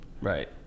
right